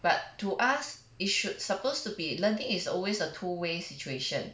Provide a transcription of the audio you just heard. but to us it should supposed to be learning is always a two way situation